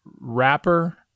wrapper